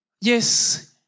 Yes